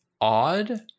odd